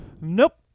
Nope